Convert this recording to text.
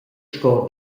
sco